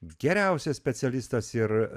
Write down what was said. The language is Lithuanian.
geriausias specialistas ir